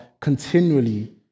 continually